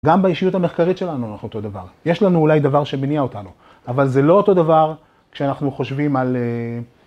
גם באישיות המחקרית שלנו אנחנו אותו דבר. יש לנו אולי דבר שמניע אותנו, אבל זה לא אותו דבר כשאנחנו חושבים על...